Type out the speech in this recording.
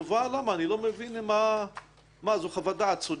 מה, זו חוות דעת סודית?